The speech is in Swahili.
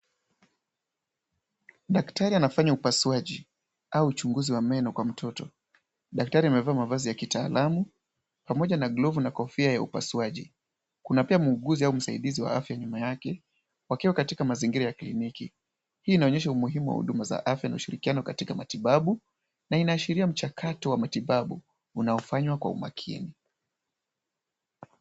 Daktari anafanya upasuaji au uchunguzi wa meno kwa mtoto. Daktari amevaa mavazi ya kitaalamu, pamoja na glavu, na kofia ya upasuaji. Kuna pia muuguzi au msaidizi wa afya nyuma yake, wakiwa katika mazingira ya kliniki. Hii inaonyesha umuhimu wa huduma za afya na ushirikiano katika matibabu, na inaashiria mchakato wa matibabu unaofanywa kwa umakini.